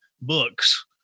books